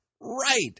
Right